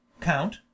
Count